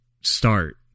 start